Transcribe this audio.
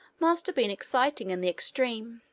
must have been exciting in the extreme.